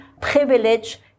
privilege